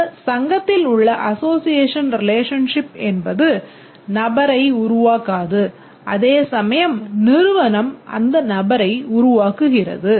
இந்த சங்கத்தில் உள்ள அசோஸியேஷன் ரிலேஷன்ஷிப் என்பது நபரை உருவாக்காது அதேசமயம் நிறுவனம் அந்த நபரை உருவாக்குகிறது